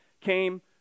came